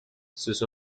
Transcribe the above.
sus